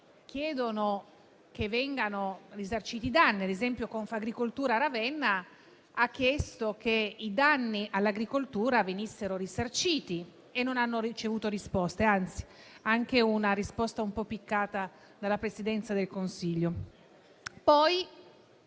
chiedono che vengano risarciti i danni (ad esempio, Confagricoltura Ravenna ha chiesto che i danni all'agricoltura venissero risarciti), ma non hanno ricevuto risposte; anzi, hanno ricevuto una risposta un po' piccata dalla Presidenza del Consiglio.